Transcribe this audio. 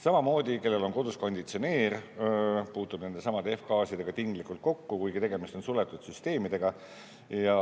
Samamoodi see, kellel on kodus konditsioneer, puutub nendesamade F‑gaasidega tinglikult kokku, kuigi tegemist on suletud süsteemidega ja